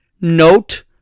Note